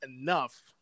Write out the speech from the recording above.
enough